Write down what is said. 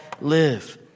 live